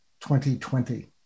2020